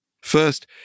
First